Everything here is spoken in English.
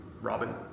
Robin